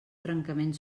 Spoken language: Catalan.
trencament